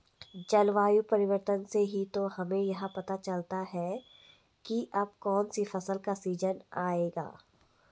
जलवायु परिवर्तन से ही तो हमें यह पता चलता है की अब कौन सी फसल का सीजन आयेगा